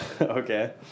Okay